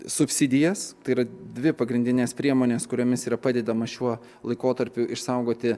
subsidijas tai yra dvi pagrindinės priemonės kuriomis yra padedama šiuo laikotarpiu išsaugoti